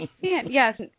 Yes